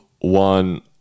one